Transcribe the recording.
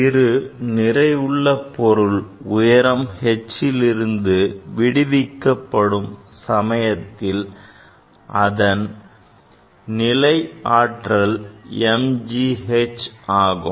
சிறு நிறையுள்ள பொருள் உயரம் hலிருந்து விடுவிக்கப்படும் சமயத்தில் அதன் நிலை ஆற்றல் mgh ஆகும்